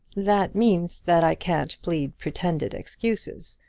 that means that i can't plead pretended excuses.